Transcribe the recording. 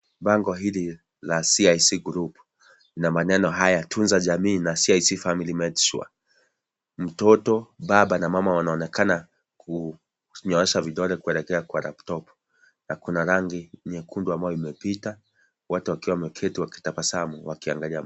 Bango hili la CIC Group lina maneno haya: 'Tunza Jamii na CIC Family Medisure'. Mtoto, baba na mama wanaonekana kunyoosha vidole kuelekea kwenye laptop , na kuna rangi nyekundu ambayo imepita, wote wakiwa wameketi, wakitabasamu na wakiangalia.